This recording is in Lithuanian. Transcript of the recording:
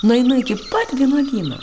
nueinu iki pat vynuogyno